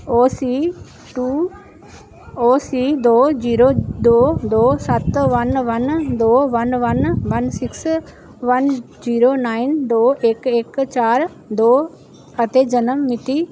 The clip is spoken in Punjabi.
ਓ ਸੀ ਟੂ ਓ ਸੀ ਦੋ ਜ਼ੀਰੋ ਦੋ ਦੋ ਸੱਤ ਵਨ ਵਨ ਦੋ one one one six one zero nine ਦੋ ਇੱਕ ਇੱਕ ਚਾਰ ਦੋ ਅਤੇ ਜਨਮ ਮਿਤੀ